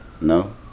No